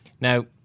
Now